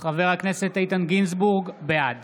איתן גינזבורג, בעד